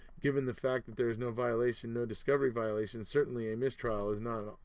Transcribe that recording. given the fact that there is no violation no discovery violation, certainly a mistrial is not.